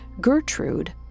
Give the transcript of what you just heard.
Gertrude